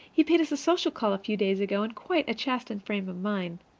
he paid us a social call a few days ago, in quite a chastened frame of mind.